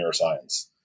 neuroscience